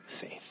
faith